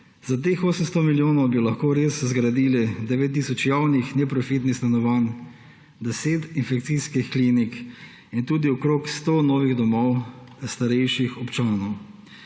Za teh 800 milijonov bi lahko res zgradili 9 tisoč javnih neprofitnih stanovanj, 10 infekcijskih klinik in tudi okrog 100 novih domov starejših občanov.